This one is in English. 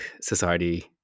society